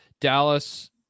Dallas